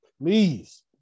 please